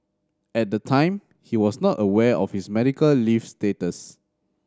at the time he was not aware of his medical leave status